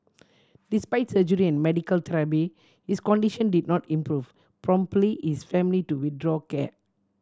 despite surgery and medical therapy his condition did not improve promptly is family to withdraw care